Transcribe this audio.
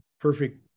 perfect